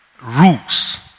rules